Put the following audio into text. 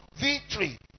victory